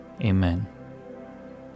amen